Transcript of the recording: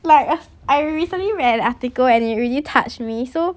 like I recently read an article and it really touched me so